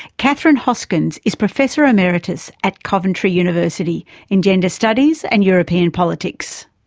catherine hoskyns is professor emeritus at coventry university in gender studies and european politics.